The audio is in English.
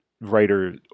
writer